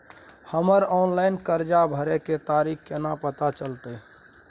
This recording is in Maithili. हमर ऑनलाइन कर्जा भरै के तारीख केना पता चलते?